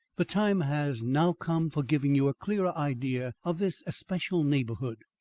the time has now come for giving you a clearer idea of this especial neighbourhood.